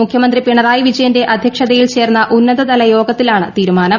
മുഖ്യമന്ത്രി പിണറായി വിജയന്റെ അധ്യക്ഷതയിൽ ചേർന്ന ഉന്നതതല യോഗത്തിലാണ് തീരുമാനം